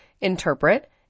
interpret